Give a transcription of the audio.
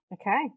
Okay